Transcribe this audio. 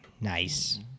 Nice